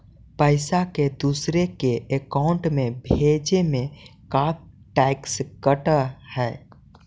पैसा के दूसरे के अकाउंट में भेजें में का टैक्स कट है?